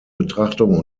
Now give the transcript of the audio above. betrachtung